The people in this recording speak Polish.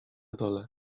dole